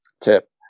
tip